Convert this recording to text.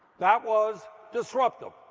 that was disruptive.